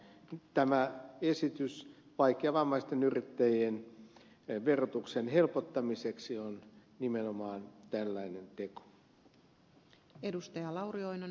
tämä esitys vaikeavammaisten yrittäjien verotuksen helpottamiseksi on nimenomaan tällainen teko